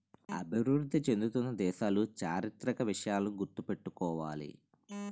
అభివృద్ధి చెందుతున్న దేశాలు చారిత్రక విషయాలను గుర్తు పెట్టుకోవాలి